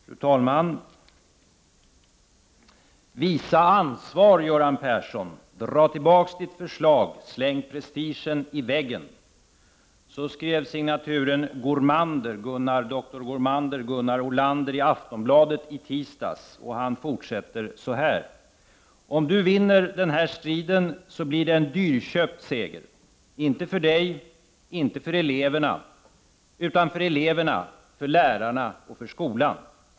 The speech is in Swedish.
Fru talman! ”Visa ansvar, Göran Persson! Dra tillbaks ditt förslag. Släng prestigen i väggen.” Så skrev signaturen Dr Gormander i Aftonbladet i tisdags. Och han fortsätter: ”Om du vinner den här striden så blir det en dyrköpt seger. Inte för dig. Utan för eleverna. För lärarna. Och för skolan.